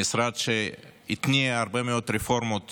למשרד שהתניע הרבה מאוד רפורמות